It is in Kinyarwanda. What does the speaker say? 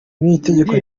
n’itegeko